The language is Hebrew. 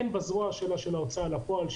הן בזרוע של ההוצאה לפועל,